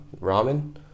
ramen